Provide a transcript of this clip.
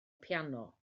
piano